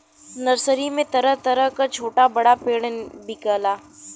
nursery में तरह तरह क छोटा बड़ा पेड़ बिकला